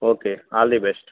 okay all the best